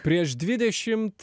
prieš dvidešimt